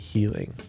Healing